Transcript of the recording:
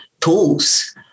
tools